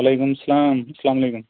وَعلیکُم اَسَلام اَسلامُ عَلیکُم